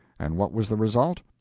and what was the result?